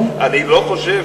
אני לא חושב